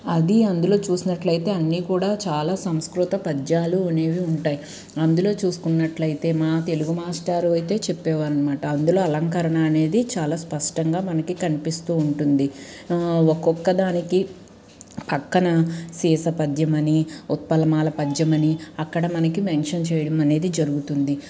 అది అందులో చూసినట్లయితే అన్నీ కూడా చాలా సంస్కృత పద్యాలు అనేవి ఉంటాయి అందులో చూసుకున్నట్లయితే మా తెలుగు మాస్టారు అయితే చెప్పేవారు అనమాట అందులో అలంకరణ అనేది చాలా స్పష్టంగా మనకి కనిపిస్తూ ఉంటుంది ఒక్కొక్క దానికి పక్కన సీస పద్యం అని ఉత్పలమాల పద్యమని అని అక్కడ మనకి మెన్షన్ చేయడం అనేది జరుగుతుంది